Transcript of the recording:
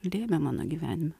lėmė mano gyvenime